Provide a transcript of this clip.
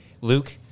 Luke